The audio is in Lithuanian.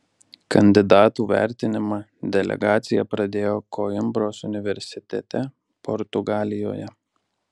kandidatų vertinimą delegacija pradėjo koimbros universitete portugalijoje